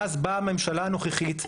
ואז באה הממשלה הנוכחית,